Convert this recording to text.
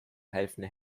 helfende